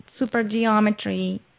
supergeometry